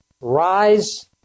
rise